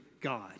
God